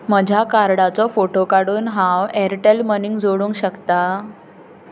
म्हज्या कार्डाचो फोटो काडून हांव एअरटेल मनीक जोडूंक शकता